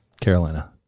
Carolina